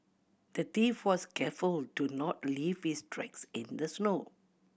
the thief was careful to not leave his tracks in the snow